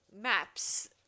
maps